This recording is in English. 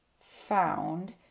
found